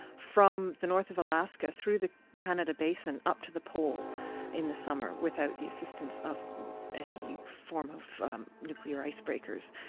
from the north of alaska, through the canada basin, up to the pole in the summer, without the assistance of any form of nuclear ice breakers.